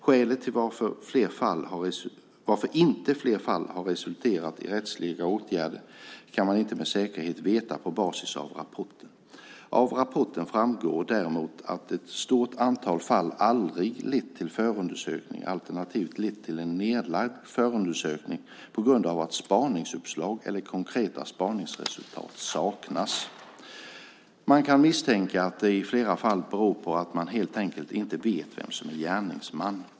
Skälen till att inte fler fall har resulterat i rättsliga åtgärder kan man inte med säkerhet veta på basis av rapporten. Av rapporten framgår däremot att ett stort antal fall aldrig lett till förundersökning alternativt lett till en nedlagd förundersökning på grund av att spaningsuppslag eller konkreta spaningsresultat saknas. Man kan misstänka att det i flera fall beror på att man helt enkelt inte vet vem som är gärningsman.